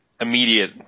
immediate